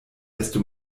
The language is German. desto